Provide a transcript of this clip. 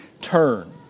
turn